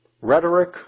rhetoric